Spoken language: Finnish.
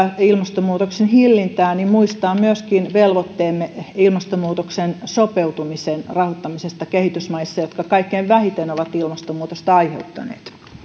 ilmastonmuutoksen hillintää muistaa myöskin velvoitteemme ilmastonmuutokseen sopeutumisen rahoittamisesta kehitysmaissa jotka kaikkein vähiten ovat ilmastonmuutosta aiheuttaneet